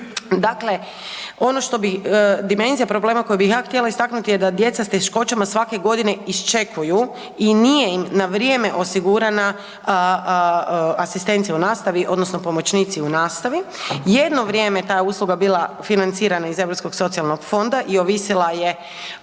dakle dimenzija problema koji bi ja htjela istaknuti je da djeca sa teškoćama svake godine iščekuju i nije im na vrijeme osigurana asistencija u nastavi odnosno pomoćnici u nastavi. Jedno vrijeme ta je usluga bila financirana iz Europskog socijalnog fonda i ovisila je